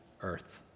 earth